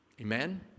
Amen